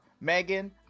megan